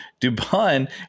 Dubon